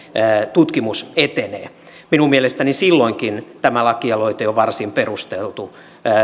tutkimus etenee minun mielestäni silloinkin tämä lakialoite on varsin perusteltu